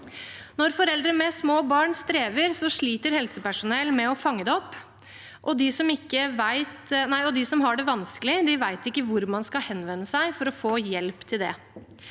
Når foreldre med små barn strever, sliter helsepersonell med å fange det opp, og de som har det vanskelig, vet ikke hvor man skal henvende seg for å få hjelp til det.